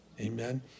Amen